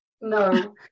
no